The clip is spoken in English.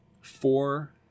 four